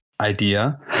idea